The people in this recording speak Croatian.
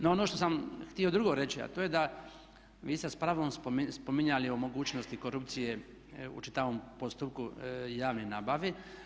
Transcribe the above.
No ono što sam htio drugo reći, a to je da vi ste s pravom spominjali o mogućnosti korupcije u čitavom postupku javne nabave.